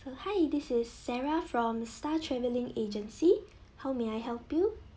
hi this is sarah from star travelling agency how may I help you